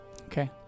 Okay